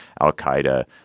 Al-Qaeda